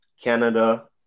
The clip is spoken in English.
Canada